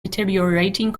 deteriorating